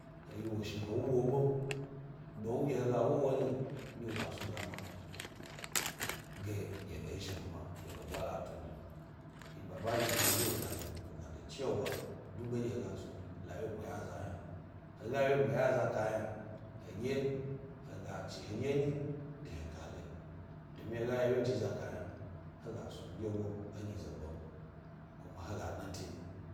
He yi wo shi he wu ɓe, ɓewu nɗye he ga wu wo nyi, nɗye wo ga snu zama de heyi gi ezhi kuma gi he ɓwa laatu. Yi baba kuma zhi wo da gi mi wogna da cewa du ɓe ɗye he ga snu nyi, la wye gbmiya e aza kayna, he kalayi he ga chni hedye nyi de he ka layi. Domi he ga yi wyeyi chi za kayna, he ga snu hedye ɓe e nyize ɓe m, kuma he ga dnati m.